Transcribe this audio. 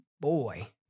Boy